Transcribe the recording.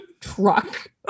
truck